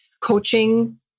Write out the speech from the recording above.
coaching